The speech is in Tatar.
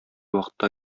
вакытта